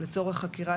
ובלבד שהם נשארים,